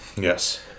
Yes